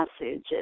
messages